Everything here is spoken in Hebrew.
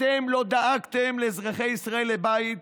אתם לא דאגתם לאזרחי ישראל לבית,